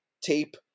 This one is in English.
tape